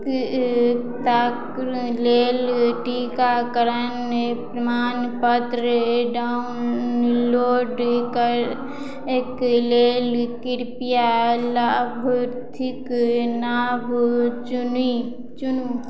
ताक लेल टीकाकरण प्रमाणपत्र डाउनलोड करैक लेल कृपया लाभार्थीक नाम चुनी चुनू